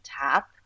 tap